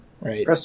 right